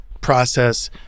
process